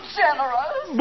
generous